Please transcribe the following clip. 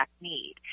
need